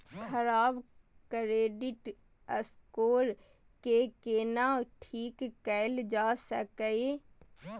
खराब credit score के केना ठीक कैल जा सकै ये?